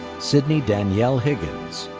sydney danielle higgins.